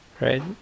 right